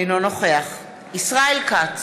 אינו נוכח ישראל כץ,